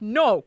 no